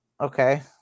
Okay